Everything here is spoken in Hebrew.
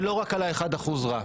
ולא רק על ה-1% הרע.